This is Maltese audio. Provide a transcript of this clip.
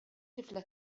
tifla